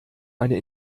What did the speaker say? eine